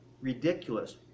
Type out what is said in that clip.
ridiculous